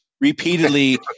repeatedly